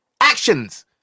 Actions